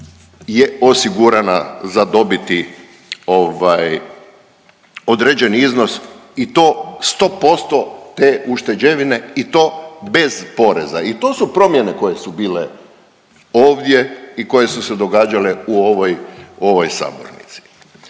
je osigurana za dobiti određeni iznos i to 100% te ušteđevine i to bez poreza. I to su promjene koje su bile ovdje i koje su se događale u ovoj sabornici.